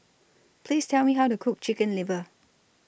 Please Tell Me How to Cook Chicken Liver